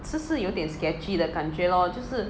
是不是有点 sketchy 的感觉 lor 就是